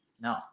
No